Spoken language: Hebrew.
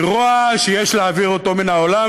היא רוע שיש להעביר אותו מן העולם,